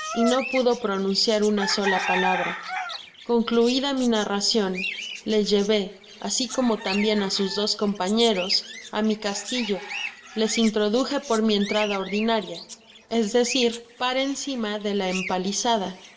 y no pudo pronunciar una sola palabra concluida mi narracion le llevé asi como tambien á sus dos compañeros á mi castillo les introduje por mi entrada ordinaria es decir par encima de la empalizada